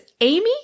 amy